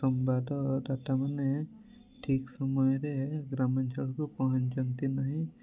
ସମ୍ବାଦଦାତାମାନେ ଠିକ୍ ସମୟରେ ଗ୍ରାମାଞ୍ଚଳକୁ ପହଞ୍ଚନ୍ତି ନାହିଁ